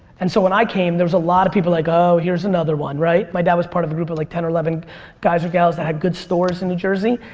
and so when i came there was a lot of people were like oh, here's another one, right? my dad was part of a group of like ten or eleven guys or gals that had good stores in new jersey.